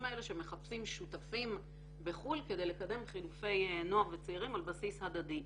האלה שמחפשים שותפים בחו"ל כדי לקדם חילופי נוער וצעירים על בסיס הדדי.